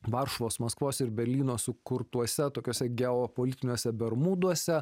varšuvos maskvos ir berlyno sukurtuose tokiuose geopolitiniuose bermuduose